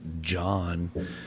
John